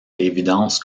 l’évidence